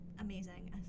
amazing